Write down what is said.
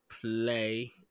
play